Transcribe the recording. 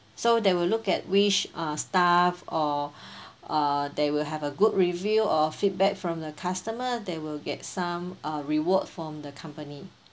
so they will look at which uh staff or uh they will have a good review or feedback from the customer they will get some uh reward from the company